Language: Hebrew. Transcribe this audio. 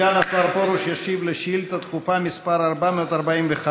סגן השר פרוש ישיב על שאילתה דחופה מס' 446,